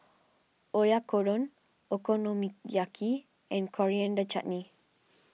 Oyakodon Okonomiyaki and Coriander Chutney